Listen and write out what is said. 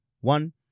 one